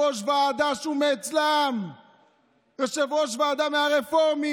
הגדרתם אותם כמי שפועלים כאופוזיציה למדינה ולא כאופוזיציה לממשלה.